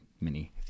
mini